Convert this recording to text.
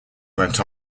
went